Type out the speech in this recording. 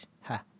Ha